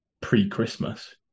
pre-Christmas